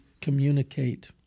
communicate